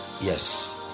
yes